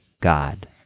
God